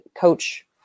coach